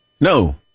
No